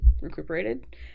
recuperated